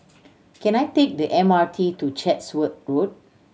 can I take the M R T to Chatsworth Road